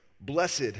Blessed